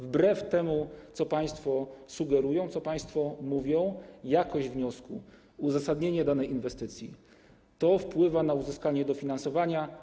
Wbrew temu, co państwo sugerują, co państwo mówią, jakość wniosku, uzasadnienie danej inwestycji wpływają na uzyskanie dofinansowania.